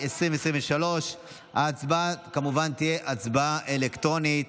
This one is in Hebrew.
ההצבעה תהיה אלקטרונית,